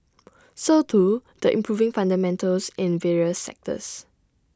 so too the improving fundamentals in various sectors